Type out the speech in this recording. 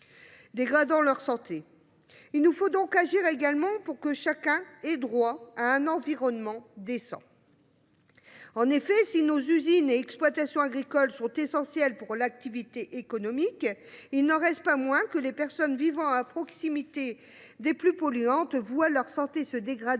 Il nous faut donc aussi agir pour que chacun ait droit à un environnement décent. Si nos usines et nos exploitations agricoles sont essentielles pour l’activité économique, il n’en reste pas moins que les personnes vivant à proximité des sites les plus polluants voient leur santé se dégrader,